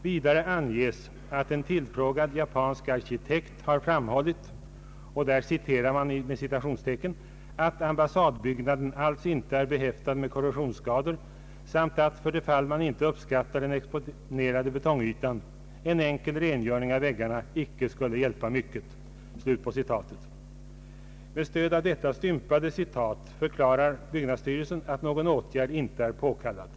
Vidare anges att den tillfrågade japanske arkitekten framhållit ”att ambassadbyggnaden alls inte är behäftad med korrossionsskador samt att, för det fall man inte uppskattar den exponerade betongytan, en enkel rengöring av väggarna inte skulle hjälpa mycket”. Med stöd av detta stympade citat förklarar byggnadsstyrelsen att någon åtgärd inte är påkallad.